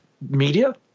media